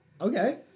Okay